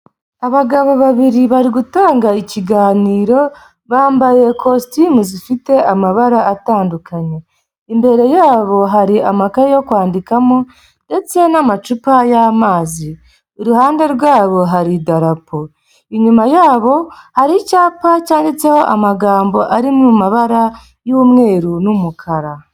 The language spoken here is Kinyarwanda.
Abagabo babiri bari gutanga ikiganiro bambaye ikositimu zifite amabara atandukanye. Imbere yabo hari amakaye yo kwandikamo ndetse n'amacupa y'amazi. Iruhande rwabo hari idarapo. Inyuma yabo hari icyapa cyanditseho amagambo ari mu mabara y'umweru n'umukara.